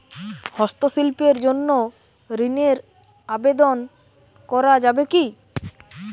হস্তশিল্পের জন্য ঋনের আবেদন করা যাবে কি?